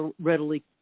readily